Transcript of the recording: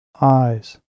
eyes